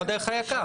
לא דרך היק"ר.